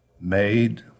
made